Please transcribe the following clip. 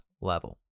level